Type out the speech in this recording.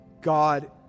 God